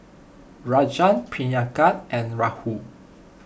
Rajan Priyanka and Rahul